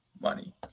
money